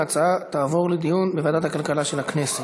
ההצעה תעבור לדיון בוועדת הכלכלה של הכנסת.